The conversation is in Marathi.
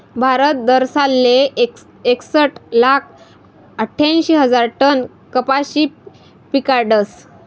भारत दरसालले एकसट लाख आठ्यांशी हजार टन कपाशी पिकाडस